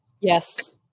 Yes